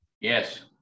Yes